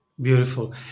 Beautiful